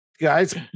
Guys